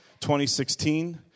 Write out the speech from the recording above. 2016